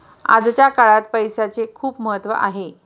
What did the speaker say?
आजच्या काळात पैसाचे खूप महत्त्व आहे